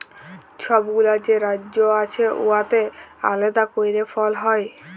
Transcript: ছব গুলা যে রাজ্য আছে উয়াতে আলেদা ক্যইরে ফল হ্যয়